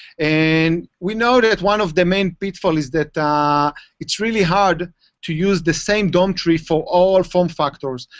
and we know that one of the main pitfalls is that it's really hard to use the same dom tree for all form factors.